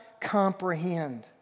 comprehend